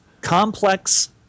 complex